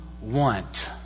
want